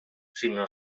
sinó